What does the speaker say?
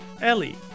Ellie